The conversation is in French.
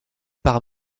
par